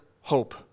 hope